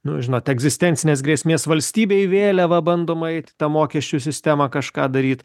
nu žinot egzistencinės grėsmės valstybei vėliava bandoma eit į tą mokesčių sistemą kažką daryt